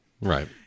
Right